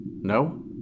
No